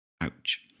Ouch